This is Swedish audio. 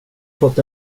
fått